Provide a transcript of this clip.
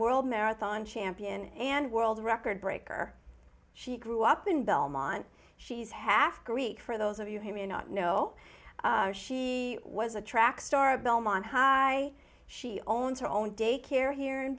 world marathon champion and world record breaker she grew up in belmont she's half greek for those of you who may not know she was a track star belmont high she owns her own daycare here in